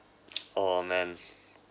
orh man